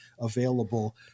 Available